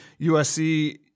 USC